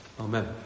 Amen